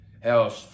hell